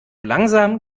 langsam